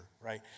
right